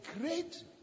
great